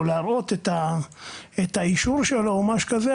או להראות את האישור שלו או משהו כזה,